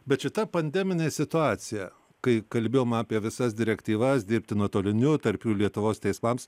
bet šita pandeminė situacija kai kalbėjome apie visas direktyvas dirbti nuotoliniu tarp jų ir lietuvos teismams